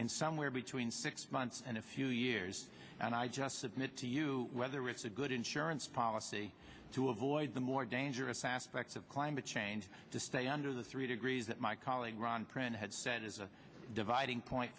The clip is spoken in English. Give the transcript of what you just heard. in somewhere between six months and a few years and i just submit to you whether it's a good insurance policy to avoid the more dangerous aspects of climate change to stay under the three degrees that my colleague ron print had said is a dividing point